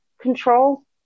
control